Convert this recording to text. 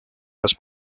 las